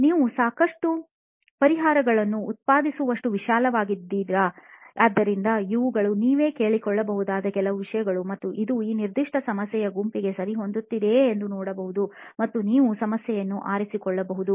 ನೀವು ಸಾಕಷ್ಟು ಪರಿಹಾರಗಳನ್ನು ಉತ್ಪಾದಿಸುವಷ್ಟು ವಿಶಾಲವಾಗಿದೆಯೇ ಆದ್ದರಿಂದ ಇವುಗಳು ನೀವೇ ಕೇಳಿಕೊಳ್ಳಬಹುದಾದ ಕೆಲವು ವಿಷಯಗಳು ಮತ್ತು ಇದು ಈ ನಿರ್ದಿಷ್ಟ ಸಮಸ್ಯೆಯ ಗುಂಪಿಗೆ ಸರಿಹೊಂದುತ್ತದೆಯೇ ಎಂದು ನೋಡಬಹುದು ಮತ್ತು ನೀವು ಸಮಸ್ಯೆಯನ್ನು ಆರಿಸಿಕೊಳ್ಳಬಹುದು